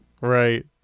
right